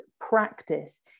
practice